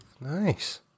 nice